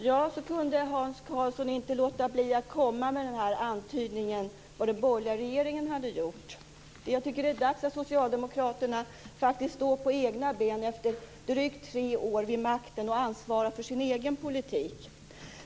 Fru talman! Hans Karlsson kunde inte låta bli att komma med antydningen om vad den borgerliga regeringen hade gjort. Jag tycker att det är dags att Socialdemokraterna står på egna ben, efter drygt tre år vid makten, och ansvarar för sin egen politik.